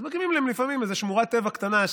אז מקימים להם לפעמים איזו שמורת טבע קטנה,